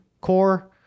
core